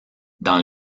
dans